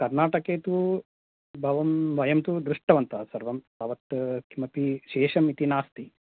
कनार्टके तु भवन् वयं तु दृष्टवन्तः सर्वं तावत् किमपि शेषम् इति नास्ति